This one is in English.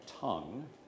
tongue